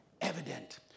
evident